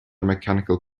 mechanical